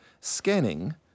scanning